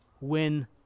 win